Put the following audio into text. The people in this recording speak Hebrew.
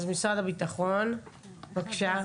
אז משרד הביטחון בבקשה,